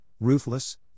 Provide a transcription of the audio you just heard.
ruthless